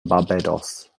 barbados